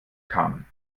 kamen